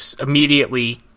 immediately